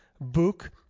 book